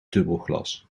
dubbelglas